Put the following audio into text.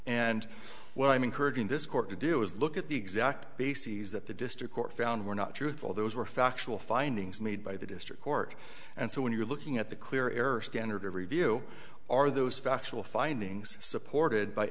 and well i'm encouraging this court to do is look at the exact bases that the district court found were not truthful those were factual findings made by the district court and so when you're looking at the clear error standard of review are those factual findings supported by